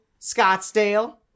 Scottsdale